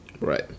Right